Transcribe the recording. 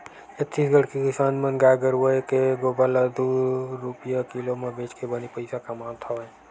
छत्तीसगढ़ के किसान मन गाय गरूवय के गोबर ल दू रूपिया किलो म बेचके बने पइसा कमावत हवय